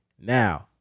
now